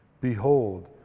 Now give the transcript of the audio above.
behold